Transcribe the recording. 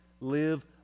live